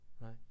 right